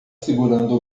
segurando